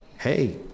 hey